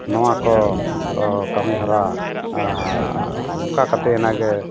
ᱱᱚᱣᱟᱠᱚ ᱠᱟᱹᱢᱤᱦᱚᱨᱟ ᱟᱨ ᱱᱚᱝᱠᱟ ᱠᱟᱛᱮᱫ ᱮᱱᱟᱜ ᱜᱮ